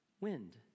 wind